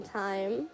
time